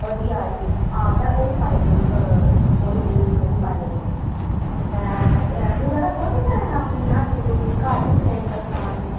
बधिया आह्ली हां ते ओह्बी पाई ओड़ेओ इक्क थोह्ड़ी जेही ओह्बी पाई ओड़ओ ते मुढ़ा रक्खे दा तुसें अपनी हट्टी कोई घर गै पजाई ओड़दा समान